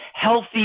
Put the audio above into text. healthy